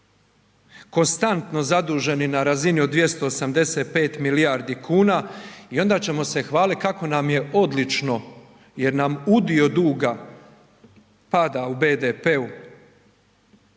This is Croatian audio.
konstantno zaduženi na razini od 285 milijardi kuna i onda ćemo se hvalit kako nam je odlično jer nam udio duga pada u BDP-u,